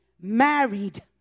married